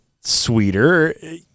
sweeter